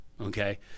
Okay